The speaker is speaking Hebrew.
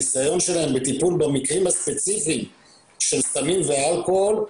הניסיון שלהן בטיפול במקרים הספציפיים של סמים ואלכוהול,